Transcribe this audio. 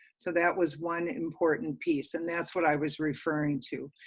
so that was one important piece, and that's what i was referring to.